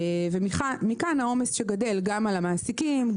מכאן העומס שגדל גם על המעסיקים,